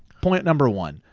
point number one,